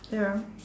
ya